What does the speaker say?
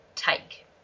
take